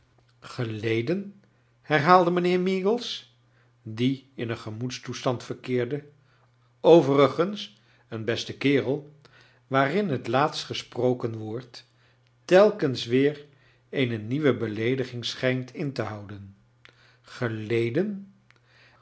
geleden herhaalde mijnheer meagles die in een gemoedstoestand verkeerde overigens een beste kerel waarin het laatst gesproken woord telkens weer een nieuwe beleediging schijnt in te houden geleden